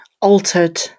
altered